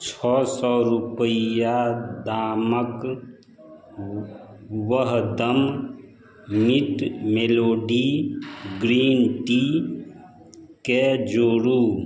छओ सए रूपैया दामक वहदम मिट मेलोडी ग्रीन टीके जोड़ू